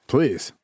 Please